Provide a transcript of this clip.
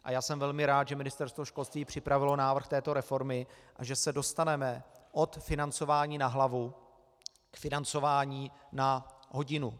A já jsem velmi rád, že Ministerstvo školství připravilo návrh této reformy a že se dostaneme od financování na hlavu k financování na hodinu.